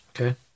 Okay